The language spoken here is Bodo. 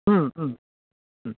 उम उम उम